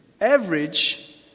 Average